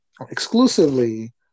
exclusively